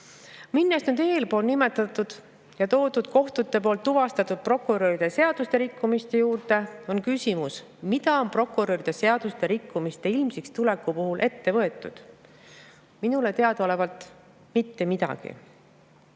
Minnes nüüd eelpool nimetatud, kohtute tuvastatud prokuröride seadusrikkumiste juurde, on küsimus: mida on prokuröride seadusrikkumiste ilmsikstuleku puhul ette võetud? Minule teadaolevalt mitte midagi.